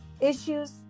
issues